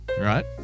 Right